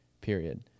period